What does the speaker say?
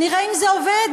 נראה אם זה עובד,